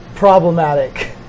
problematic